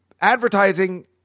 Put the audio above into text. advertising